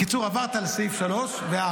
בקיצור, עברת על סעיף 3 ו-4.